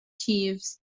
jeeves